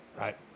right